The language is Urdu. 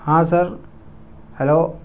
ہاں سر ہلو